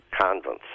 convents